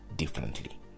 differently